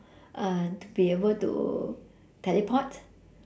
uh to be able to teleport